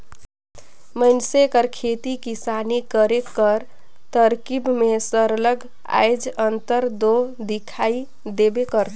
मइनसे कर खेती किसानी करे कर तरकीब में सरलग आएज अंतर दो दिखई देबे करथे